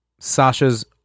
Sasha's